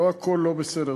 לא הכול לא בסדר,